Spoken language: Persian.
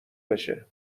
بشه